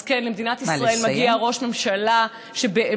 אז כן, למדינת ישראל מגיע ראש ממשלה שבאמת